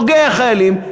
נוגע בחיילים,